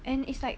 and it's like